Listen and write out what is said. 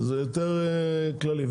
זה יותר כללי.